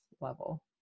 level